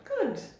Good